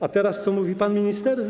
A teraz co mówi pan minister?